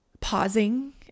pausing